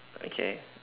okay